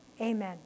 Amen